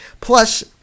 Plus